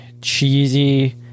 cheesy